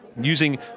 using